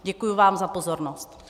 Děkuji vám za pozornost.